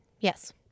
yes